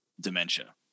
dementia